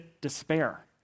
despair